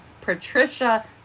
Patricia